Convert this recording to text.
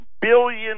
billion